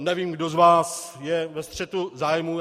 Nevím, kdo z vás je ve střetu zájmů.